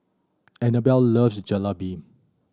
Annabell loves Jalebi